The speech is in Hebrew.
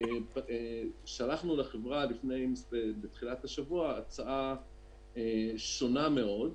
שלחנו לחברה בתחילת השבוע הצעה שונה מאוד,